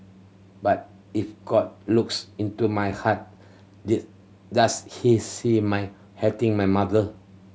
but if God looks into my heart does he see my hating my mother